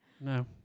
no